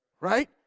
right